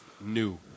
new